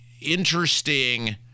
interesting